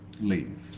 leave